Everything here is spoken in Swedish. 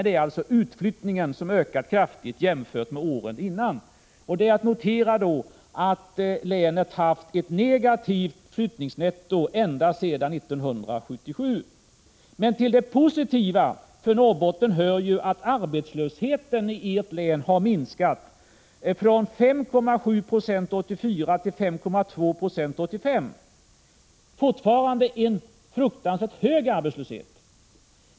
Det är alltså utflyttningen som har ökat kraftigt jämfört med åren innan. Det är då att notera att länet har haft ett negativt flyftningsnetto ända sedan 1977. Till det positiva för er i Norrbotten hör ju att arbetslösheten i länet har minskat från 5,7 20 1984 till 5,2 20 1985 — fortfarande en fruktansvärt hög arbetslöshet.